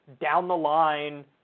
down-the-line